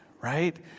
right